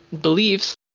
beliefs